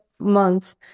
months